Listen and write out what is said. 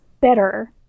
better